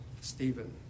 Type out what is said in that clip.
Stephen